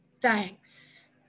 thanks